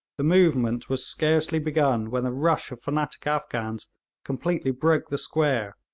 the movement was scarcely begun when a rush of fanatic afghans completely broke the square,